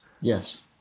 Yes